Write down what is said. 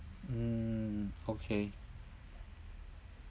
um okay